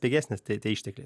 pigesnės tie tie ištekliai